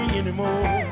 anymore